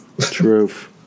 Truth